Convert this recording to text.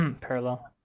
parallel